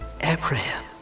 Abraham